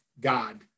God